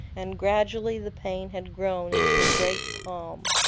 and gradually the pain had grown into a great calm.